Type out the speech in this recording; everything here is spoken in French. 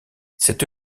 cette